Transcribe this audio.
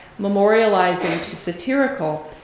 memorializing to satirical,